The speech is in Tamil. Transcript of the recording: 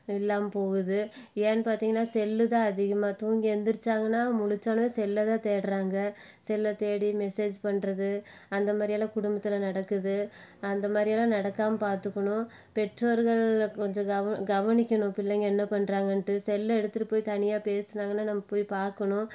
இல்லாமல் போகுது ஏன்னு பார்த்திங்கன்னா செல் தான் அதிகமாக தூங்கி எழுந்திரிச்சாங்கன்னா முழிச்சோன செல்லை தான் தேடுறாங்க செல்ல தேடி மெசேஜ் பண்ணுறது அந்த மாதிரியெல்லாம் குடும்பத்தில் நடக்குது அந்த மாதிரியெல்லாம் நடக்காமல் பார்த்துக்கணும் பெற்றோர்கள் கொஞ்சம் கவனிக்கணும் பிள்ளைங்க என்ன பண்றாங்கன்ட்டு செல்லை எடுத்துகிட்டு போய் தனியா பேசுனாங்கன்னா நம்ம போய் பார்க்கணும்